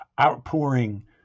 outpouring